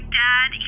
dad